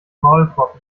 maulkorb